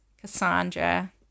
Cassandra